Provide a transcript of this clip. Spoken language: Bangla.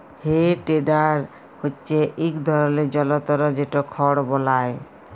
হে টেডার হচ্যে ইক ধরলের জলতর যেট খড় বলায়